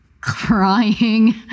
crying